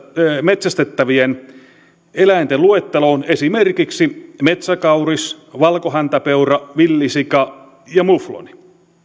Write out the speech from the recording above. metsästettävien eläinten luetteloon esimerkiksi metsäkauris valkohäntäpeura villisika ja mufloni